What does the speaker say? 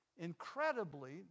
Incredibly